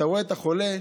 אתה רואה את החולה,